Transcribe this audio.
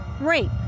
rape